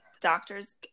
doctors